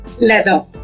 Leather